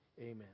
Amen